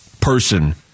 person